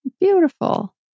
Beautiful